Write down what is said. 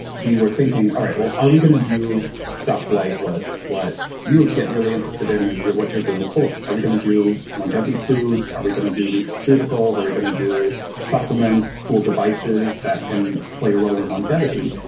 we were thinking, all right, well, are we going to do stuff like what what you will get really interested in and what you're doing with but are we going to do longevity foods? are we going to do nutraceuticals? are going to do supplements, cool devices that can play a role in longevity?